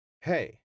Hey